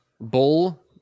Bull